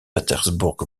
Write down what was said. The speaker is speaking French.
pétersbourg